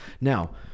Now